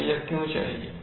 हमें यह क्यों चाहिए